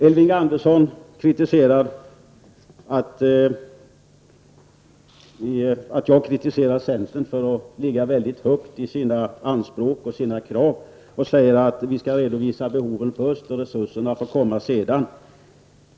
Elving Andersson berörde min kritik av centern för att ligga väldigt högt i sina anspråk och krav. Han säger att vi först skall redovisa behoven och att resurserna får komma därefter.